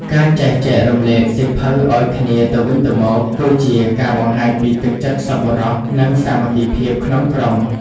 ការចេះចែករំលែកសៀវភៅឱ្យគ្នាទៅវិញទៅមក គឺជាការបង្ហាញពីទឹកចិត្តសប្បុរស និងសាមគ្គីភាពក្នុងក្រុម។